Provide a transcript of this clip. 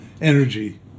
energy